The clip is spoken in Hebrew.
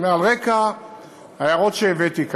אני אומר, על רקע ההערות שהבאתי כאן,